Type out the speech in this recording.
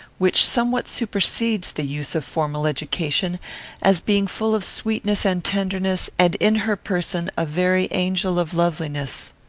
which somewhat supersedes the use of formal education as being full of sweetness and tenderness, and in her person a very angel of loveliness.